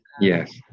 Yes